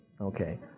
Okay